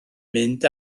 mynd